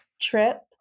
trip